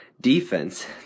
Defense